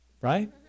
right